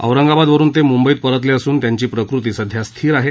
औरंगाबादवरुन ते मुंबईत परतले असून त्यांची प्रकृती सध्या स्थिर आहे